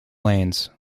lanes